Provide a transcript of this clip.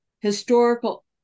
historical